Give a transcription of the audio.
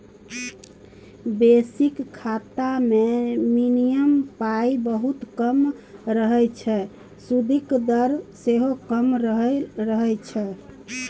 basic खाता मे minimum पाइ बहुत कम रहय छै सुदिक दर सेहो कम रहय छै